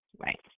right